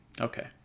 Okay